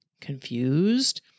confused